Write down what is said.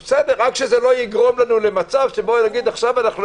רק שזה לא יגרום לנו למצב שאומרים: לא